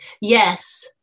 Yes